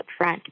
Upfront